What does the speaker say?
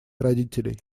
родителей